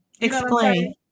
Explain